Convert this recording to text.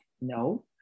No